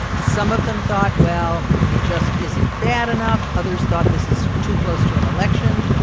some of them thought, well, it just isn't bad enough. others thought this is too close to an election.